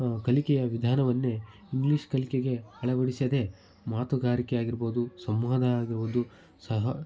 ಕಲಿಕೆಯ ವಿಧಾನವನ್ನೇ ಇಂಗ್ಲಿಷ್ ಕಲಿಕೆಗೆ ಅಳವಡಿಸದೆ ಮಾತುಗಾರಿಕೆ ಆಗಿರಬಹುದು ಸಂವಾದ ಆಗಿರ್ಬೋದು ಸಹ